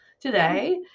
today